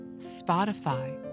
Spotify